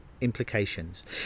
implications